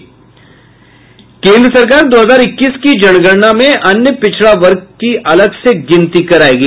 केंद्र सरकार दो हजार इक्कीस की जनगणना में अन्य पिछड़ा वर्ग की अलग से गिनती करायेगी